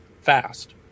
fast